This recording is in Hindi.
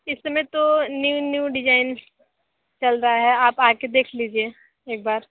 इस समय तो न्यू न्यू डिज़ाइन चल रहा है आप आ के देख लीजिए एक बार